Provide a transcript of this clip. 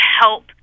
help